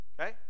okay